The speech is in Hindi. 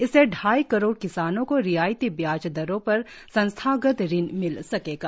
इससे ढाई करोड़ किसानों को रियायती ब्याज दरों पर संसथागत ऋण मिल सकेगा